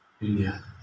India